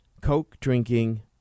Coke-drinking